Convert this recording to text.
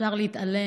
אפשר להתעלם,